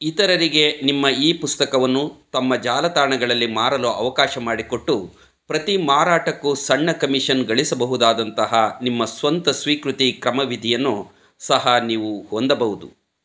ಇತರರಿಗೆ ನಿಮ್ಮಇ ಪುಸ್ತಕವನ್ನು ತಮ್ಮ ಜಾಲತಾಣಗಳಲ್ಲಿ ಮಾರಲು ಅವಕಾಶ ಮಾಡಿಕೊಟ್ಟು ಪ್ರತಿ ಮಾರಾಟಕ್ಕೂ ಸಣ್ಣ ಕಮಿಷನ್ ಗಳಿಸಬಹುದಾದಂತಹ ನಿಮ್ಮ ಸ್ವಂತ ಸ್ವೀಕೃತಿ ಕ್ರಮವಿಧಿಯನ್ನು ಸಹ ನೀವು ಹೊಂದಬಹುದು